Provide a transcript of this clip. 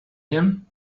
him